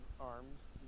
arms